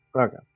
Okay